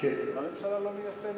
הממשלה לא מיישמת.